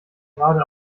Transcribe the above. gerade